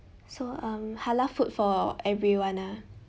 so um halal food for everyone ah